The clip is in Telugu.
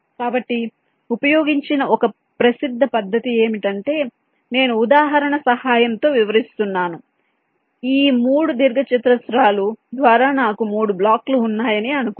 కాబట్టి ఉపయోగించిన ఒక ప్రసిద్ధ పద్ధతి ఏమిటంటే నేను ఈ ఉదాహరణ సహాయంతో వివరిస్తున్నాను ఈ 3 దీర్ఘచతురస్రాల ద్వారా నాకు 3 బ్లాక్లు ఉన్నాయని అనుకుందాం